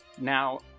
Now